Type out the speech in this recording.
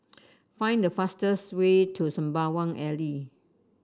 find the fastest way to Sembawang Alley